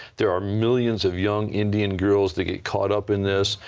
there are millions of young indian girls that get caught up in this.